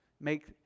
Make